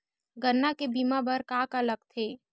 गन्ना के बीमा बर का का लगथे?